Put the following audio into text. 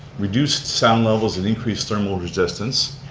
reduced sound levels and increased thermal resistance.